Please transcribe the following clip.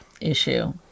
issue